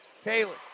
Taylor